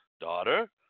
daughter